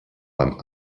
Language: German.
beim